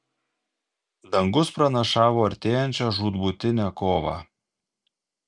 dangus pranašavo artėjančią žūtbūtinę kovą